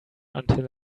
until